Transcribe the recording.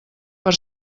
per